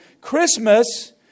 Christmas